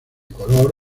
color